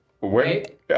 wait